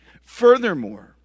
Furthermore